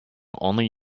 only